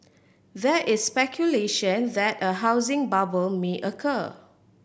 there is speculation that a housing bubble may occur